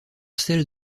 celle